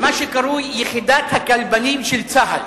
מה שקרוי "יחידת הכלבנים של צה"ל".